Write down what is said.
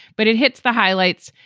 but it hits the highlights.